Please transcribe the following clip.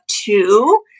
two